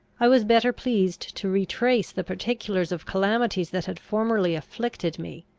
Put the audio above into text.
i was better pleased to retrace the particulars of calamities that had formerly afflicted me,